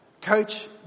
Coach